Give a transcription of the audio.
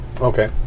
Okay